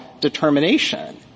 determination